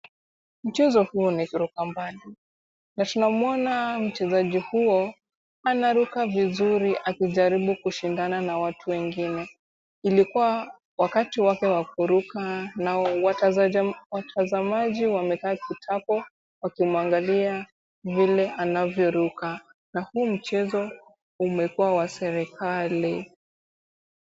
Mchezo huo nikuruka maji na tuna muona, mchezaji huo anaruka vizuri akijaribu kushindana na watu wengine, ilikuwa wakati wake wa kuruka na watazamaji wamekaa kitapo wakimwangalia vile anavyoruka na huu mchezo umekuwa wa serikali.